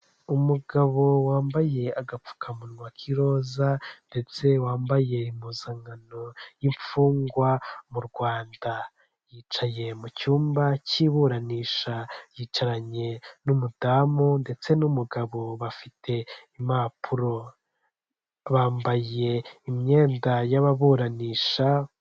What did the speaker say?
Uyu ni umuhanda wo mu bwoko bwa kaburimbo ugizwe n'amabara y'umukara nu'uturongo tw'umweru, kuruhande hari ibiti birebire by'icyatsi bitoshye, bitanga umuyaga n'amahumbezi ku banyura aho ngaho bose.